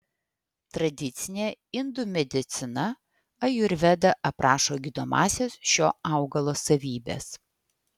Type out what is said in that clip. tradicinė indų medicina ajurveda aprašo gydomąsias šio augalo savybes